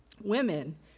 women